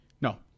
No